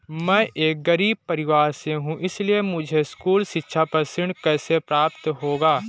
मैं एक गरीब परिवार से हूं इसलिए मुझे स्कूली शिक्षा पर ऋण कैसे प्राप्त होगा?